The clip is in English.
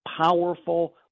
powerful